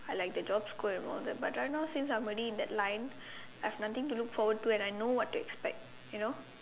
I like the job scoop and all that but right now since I'm already in that line I have nothing to look forward to and I know what to expect you know